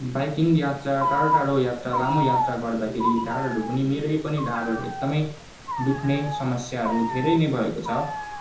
biking यात्रा टाढो टाढो यात्रा लामो यात्रा गर्दाखेरि ढाडहरू पनि मेरै पनि ढाडहरू एकदमै दुख्ने समस्याहरू धेरै नै भएको छ